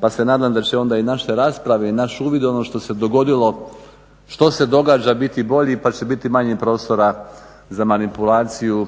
pa se nadam da će onda i naše rasprave i naš uvid u ono što se dogodilo, što se događa biti bolji pa će biti manje prostora za manipulaciju